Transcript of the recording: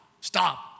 stop